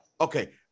Okay